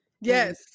Yes